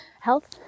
health